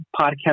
podcast